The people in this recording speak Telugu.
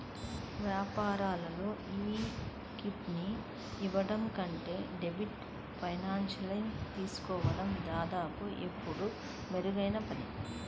వ్యాపారంలో ఈక్విటీని ఇవ్వడం కంటే డెట్ ఫైనాన్సింగ్ తీసుకోవడం దాదాపు ఎల్లప్పుడూ మెరుగైన పని